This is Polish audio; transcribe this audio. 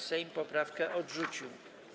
Sejm poprawkę odrzucił.